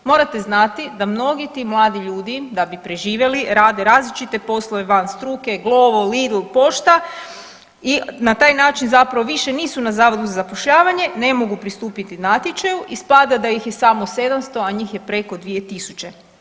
Morate znati da mnogi ti mladi ljudi da bi preživjeli rade različite poslove van struke Glovo, Lidl, pošta i na taj način zapravo više nisu na zavodu za zapošljavanje, ne mogu pristupiti natječaju, ispada da ih je samo 700, a njih je preko 2000.